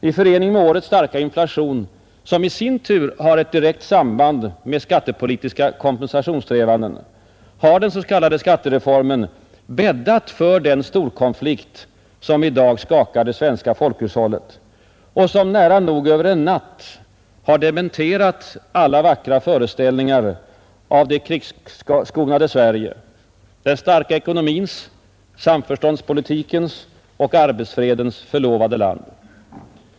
I förening med årets starka inflation, som i sin tur har ett direkt samband med skattepolitiska kompensationssträvanden, har den s.k. skattereformen bäddat för den storkonflikt som i dag skakar det svenska folkhushållet och som nära nog över en natt har dementerat alla vackra föreställningar om det krisskonade Sverige — den starka ekonomins, samförståndspolitikens och arbetsfredens förlovade land.